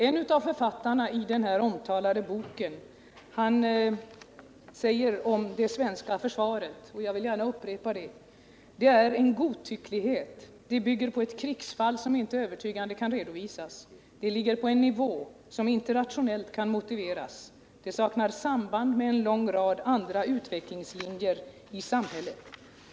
En av författarna i den här omtalade boken säger om det svenska försvaret — och jag vill gärna upprepa det: ”Det svenska försvaret är en godtycklighet. Det bygger på ett krigsfall som inte övertygande kan redovisas. Det ligger på en nivå som inte rationellt kan motiveras. Det saknar samband med en lång rad andra utvecklingslinjer i samhället.